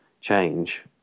change